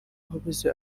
y’ababuze